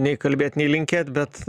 nei kalbėt nei linkėt bet